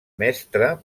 mestre